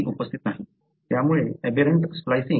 त्यामुळे त्यामुळे aberrant splicing होऊ शकते